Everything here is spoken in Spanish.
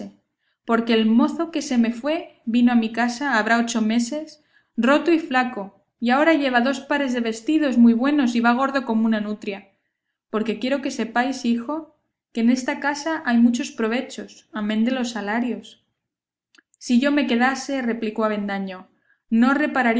porque el mozo que se me fue vino a mi casa habrá ocho meses roto y flaco y ahora lleva dos pares de vestidos muy buenos y va gordo como una nutria porque quiero que sepáis hijo que en esta casa hay muchos provechos amén de los salarios si yo me quedase replicó avendaño no